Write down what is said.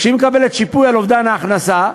כשהיא מקבלת שיפוי על אובדן ההכנסה,